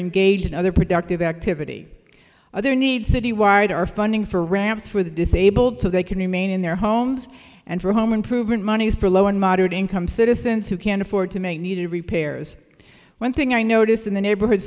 engaged in other productive activity other needs citywide are funding for ramps for the disabled so they can remain in their homes and for home improvement moneys for low and moderate income citizens who can afford to make needed repairs one thing i notice in the neighborhood